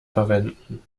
verwenden